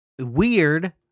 weird